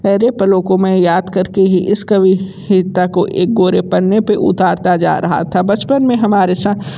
मेरे पलों को मैं याद करके ही इस कविता को एक कोरे पन्ने पर उतारता जा रहा था बचपन में हमारे साथ